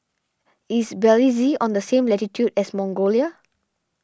is Belize on the same latitude as Mongolia